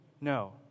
no